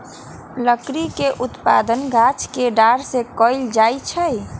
लकड़ी के उत्पादन गाछ के डार के कएल जाइ छइ